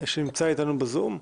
שנמצא אתנו בזום.